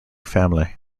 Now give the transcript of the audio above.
family